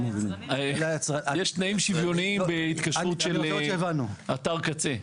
יש תנאים שוויוניים בהתקשרות של אתר קצה,